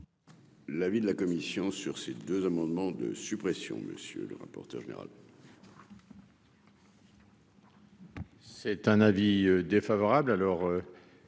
L'avis de la commission sur ces deux amendements de suppression, monsieur le rapporteur général. C'est un avis défavorable,